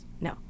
No